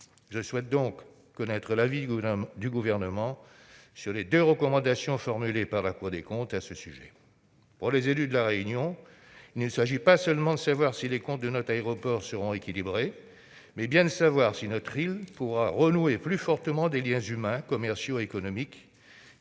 Je souhaite donc connaître l'avis du Gouvernement sur les deux recommandations formulées par la Cour des comptes à ce sujet. Pour les élus de La Réunion, il s'agit non pas seulement de savoir si les comptes de notre aéroport seront équilibrés, mais bien de savoir si notre île pourra retisser plus fortement les liens humains, commerciaux et économiques